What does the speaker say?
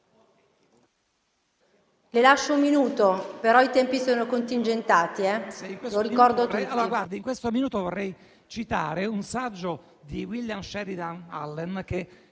Le lascio un minuto, però i tempi sono contingentati.